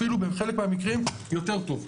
אפילו בחלק מהמקרים יותר טוב,